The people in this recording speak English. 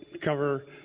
cover